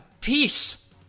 Peace